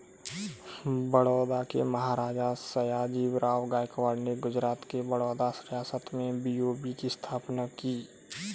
बड़ौदा के महाराजा, सयाजीराव गायकवाड़ ने गुजरात के बड़ौदा रियासत में बी.ओ.बी की स्थापना की